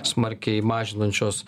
smarkiai mažinančios